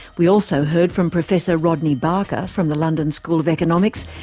we also heard from professor rodney barker from the london school of economics,